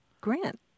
Grant